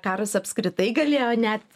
karas apskritai galėjo net